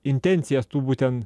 intencijas tų būtent